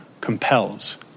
compels